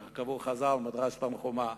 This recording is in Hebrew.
כך קבעו חז"ל במדרש תנחומא.